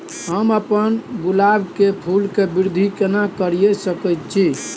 हम अपन गुलाब के फूल के वृद्धि केना करिये सकेत छी?